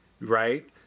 right